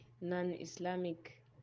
non-islamic